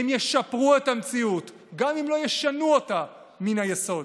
הם ישפרו את המציאות, גם אם לא ישנו אותה מהיסוד.